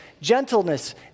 gentleness